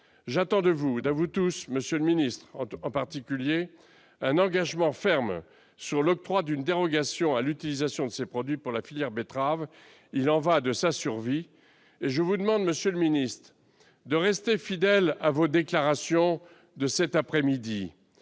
J'attends de vous, monsieur le ministre, un engagement ferme sur l'octroi d'une dérogation à l'utilisation de ces produits pour la filière betterave. Il y va de sa survie. Je vous demande, monsieur le ministre, d'être fidèle à vos déclarations de cet après-midi.